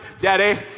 daddy